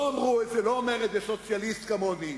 לא אומר את זה סוציאליסט כמוני,